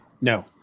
No